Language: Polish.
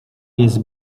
jest